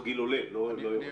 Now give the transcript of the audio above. הגיל עולה ולא יורד.